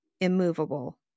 immovable